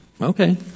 Okay